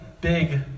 big